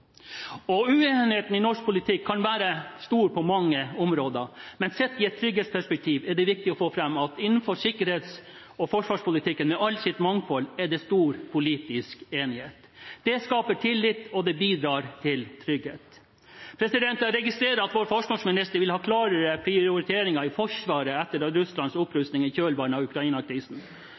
i norsk politikk kan være store på mange områder, men sett i et trygghetsperspektiv er det viktig å få fram at innenfor sikkerhets- og forsvarspolitikken, med alt sitt mangfold, er det stor politisk enighet. Det skaper tillit, og det bidrar til trygghet. Jeg registrerer at vår forsvarsminister vil ha klarere prioriteringer i Forsvaret etter Russlands opprustning i kjølvannet av